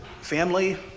Family